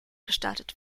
gestartet